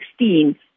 2016